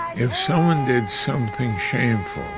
if someone did something shameful,